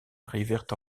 arrivèrent